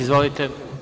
Izvolite.